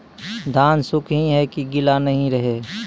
धान सुख ही है की गीला नहीं रहे?